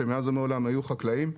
שמאז ומעולם היו חקלאים.